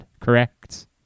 correct